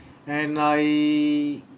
and I